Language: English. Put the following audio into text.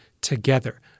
together